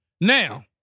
Now